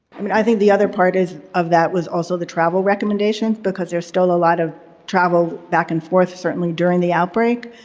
i mean, i think the other part is of that was also the travel recommendations because there's still a lot of travel back and forth certainly during the outbreak.